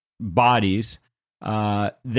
bodies—that